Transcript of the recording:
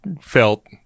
felt